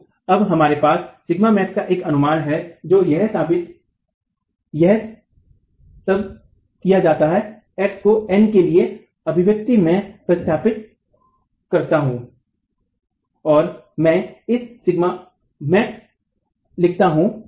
तो अब हमारे पास σmax का एक अनुमान है जहां यह सब किया जाता है x को N के लिए इस अभिव्यक्ति में प्रतिस्थापित करता हूँ और मैं इसे σmax लिखता हूं